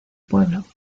pueblo